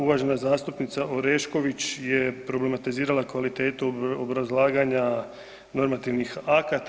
Uvažena zastupnica Orešković je problematizirala kvalitetu obrazlaganja normativnih akata.